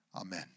Amen